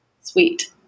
Sweet